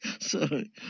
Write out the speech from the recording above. Sorry